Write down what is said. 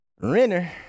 Renner